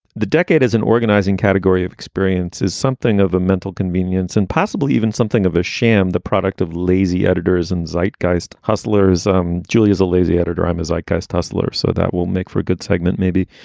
the decade as an organizing category of experience is something of a mental convenience and possible, even something of a sham. the product of lazy editors and zeit geist hustlers um julias a lazy editor. i'm as i goes tussler. so that will make for a good segment. maybe.